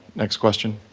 next question.